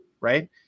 right